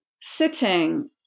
sitting